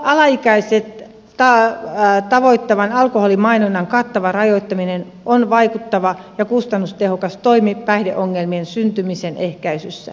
alaikäiset tavoittavan alkoholimainonnan kattava rajoittaminen on vaikuttava ja kustannustehokas toimi päihdeongelmien syntymisen ehkäisyssä